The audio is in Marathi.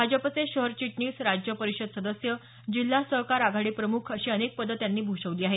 भाजपचे शहर चिटणीस राज्य परिषद सदस्य जिल्हा सहकार आघाडी प्रमुख अशी अनेक पदं त्यांनी भूषवली आहेत